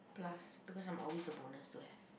plus because I'm always the bonus to have